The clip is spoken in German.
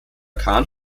khan